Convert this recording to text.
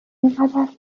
اینقدر